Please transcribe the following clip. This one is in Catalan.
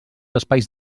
espais